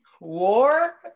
War